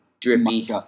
drippy